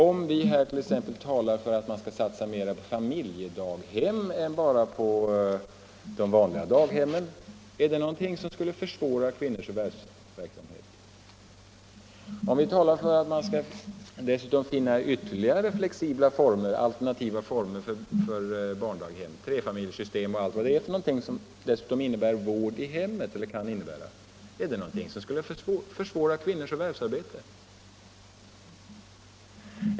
Om vi här t.ex. talar för att man skall satsa mer på familjedaghemmen och inte bara på vanliga daghem — är det någonting som skulle försvåra kvinnors förvärvsverksamhet? Om vi talar för att man dessutom skall försöka finna ytterligare alternativa former för barndaghem — trefamiljssystem och annat, som dessutom kan innebära vård i hemmen — är det någonting som skulle försvåra kvinnors förvärvsarbete?